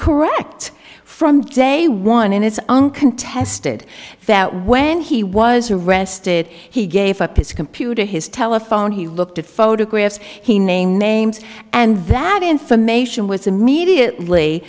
correct from day one and it's uncontested that when he was arrested he gave up his computer his telephone he looked at photographs he named names and that information was immediately